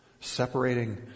Separating